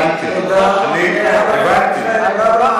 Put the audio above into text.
האזרח הישראלי, תודה, תודה, הבנתי, אני הבנתי.